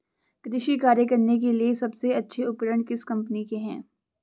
कृषि कार्य करने के लिए सबसे अच्छे उपकरण किस कंपनी के हैं?